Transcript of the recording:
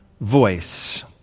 voice